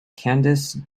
candice